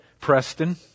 Preston